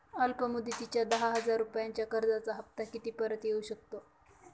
अल्प मुदतीच्या दहा हजार रुपयांच्या कर्जाचा हफ्ता किती पर्यंत येवू शकतो?